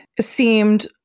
seemed